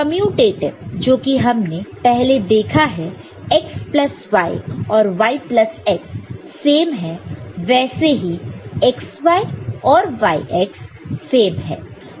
commutative जो कि हमने पहले देखा है x प्लस y और y प्लस x सेम है वैसे ही xy और yx सेम है